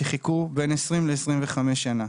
שחיכו בין 20 ל-25 שנה.